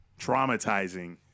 traumatizing